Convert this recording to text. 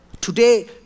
Today